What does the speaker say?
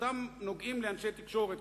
ששלושתם נוגעים לאנשי תקשורת,